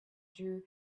drew